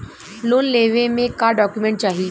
Loan लेवे मे का डॉक्यूमेंट चाही?